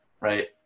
right